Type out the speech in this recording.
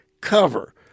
cover